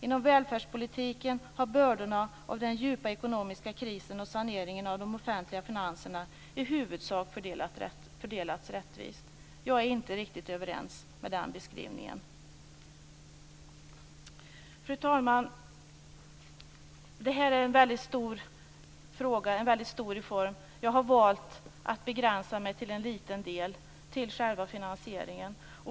Genom välfärdspolitiken har bördorna av den djupa ekonomiska krisen och saneringen av de offentliga finanserna i huvudsak fördelats rättvist." Jag håller inte riktigt med om den beskrivningen. Fru talman! Det här är en väldigt stor fråga och en väldigt stor reform. Jag har valt att begränsa mig till en liten del: själva finansieringen.